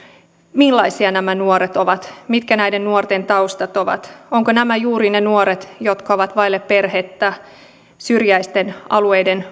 millaisia nämä nuoret ovat mitkä näiden nuorten taustat ovat ovatko nämä juuri niitä nuoria jotka ovat vailla perhettä syrjäisten alueiden